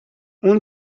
اون